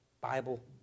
Bible